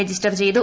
register ചെയ്തു